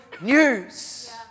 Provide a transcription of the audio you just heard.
news